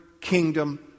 kingdom